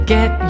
Get